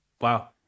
wow